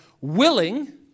willing